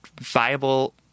viable